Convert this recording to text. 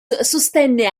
sostenne